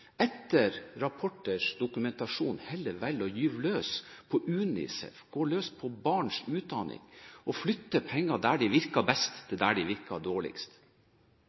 etter rapporters dokumentasjon heller velger å gyve løs på UNICEF, gå løs på barns utdanning, og flytte penger fra der de virker best, til der de virker dårligst?